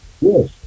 Yes